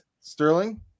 Sterling